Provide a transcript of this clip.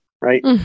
right